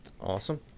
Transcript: awesome